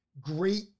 great